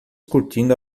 curtindo